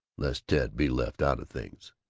lest ted be left out of things.